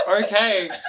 Okay